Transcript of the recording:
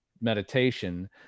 meditation